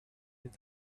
with